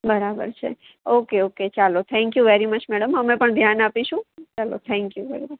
બરાબર છે okay okay ચાલો thank you very much madam અમે પણ ધ્યાન આપીશું ચાલો થેન્ક યુ બરાબર